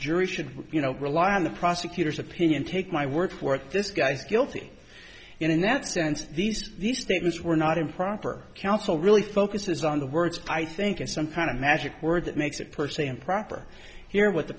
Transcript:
jury should you know rely on the prosecutor's opinion take my word for it this guy's guilty and in that sense these these statements were not improper counsel really focuses on the words i think in some kind of magic word that makes it per se improper here what the